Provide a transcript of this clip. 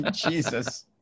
jesus